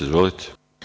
Izvolite.